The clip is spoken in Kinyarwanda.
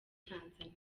tanzania